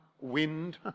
wind